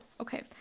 okay